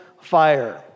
fire